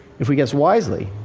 if we guess wisely,